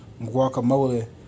guacamole